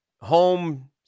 home